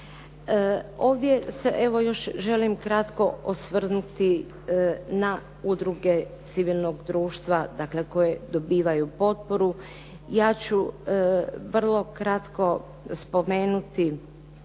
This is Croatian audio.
Ovdje se, evo još želim kratko osvrnuti na udruge civilnog društva, dakle koje dobivaju potporu. Ja ću vrlo kratko spomenuti